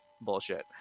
bullshit